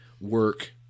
work